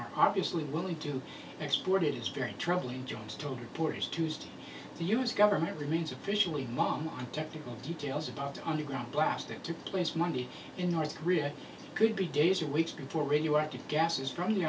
are obviously willing to exploit it is very troubling jones told reporters tuesday the u s government remains officially mom on technical details about the underground blast that took place monday in north korea could be days or weeks before radioactive gases